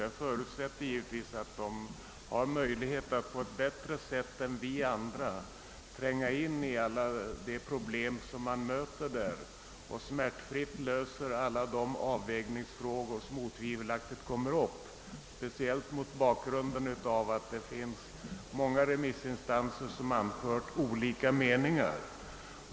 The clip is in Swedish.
Det förutsätter givetvis att de har möjlighet att på ett bättre sätt än vi andra tränga in i alla de problem som man möter där och smärtfritt lösa alla de avvägningsfrågor som otvivelaktigt kommer upp speciellt mot bakgrunden av att det är många remissinstanser som anfört olika meningar.